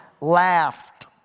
laughed